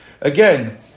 Again